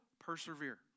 persevere